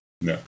no